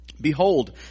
Behold